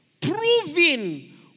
Proving